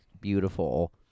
beautiful